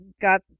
got